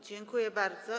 Dziękuję bardzo.